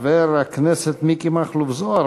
חבר הכנסת מיקי מכלוף זוהר,